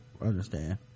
understand